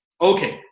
okay